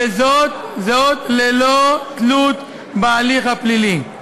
וזאת ללא תלות בהליך הפלילי.